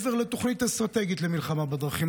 מעבר לתוכנית אסטרטגית למלחמה בדרכים,